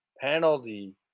penalty